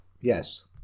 Yes